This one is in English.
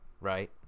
right